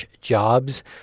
jobs